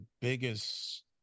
biggest